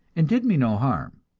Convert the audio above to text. and did me no harm.